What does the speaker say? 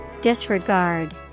Disregard